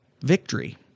victory